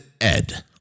Ed